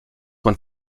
man